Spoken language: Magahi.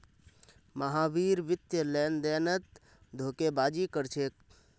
महावीर वित्तीय लेनदेनत धोखेबाजी कर छेक